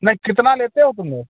नहीं कितना लेते हो तुम लोग